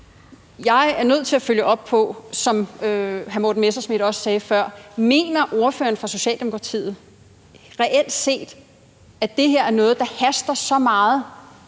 jeg også nødt til at følge op på det her. Mener ordføreren for Socialdemokratiet reelt set, at det her er noget, der haster så meget,